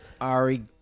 Ari